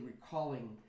recalling